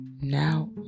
now